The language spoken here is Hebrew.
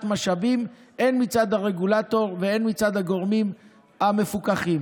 משאבים הן מצד הרגולטור והן מצד הגורמים המפוקחים.